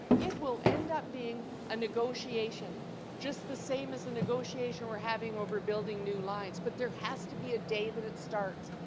it will end up being a negotiation just the same as and negotiation we're having over building new lines but this has to be a day that it starts.